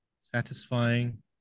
satisfying